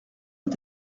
est